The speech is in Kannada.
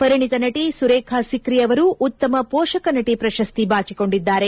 ಪರಿಣಿತ ನಟಿ ಸುರೇಖಾ ಸಿಕ್ರಿ ಅವರು ಉತ್ತಮ ಪೋಷಕ ನಟಿ ಪ್ರಶಸ್ತಿ ಬಾಚಿಕೊಂಡಿದ್ದಾರೆ